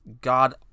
god